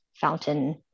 fountain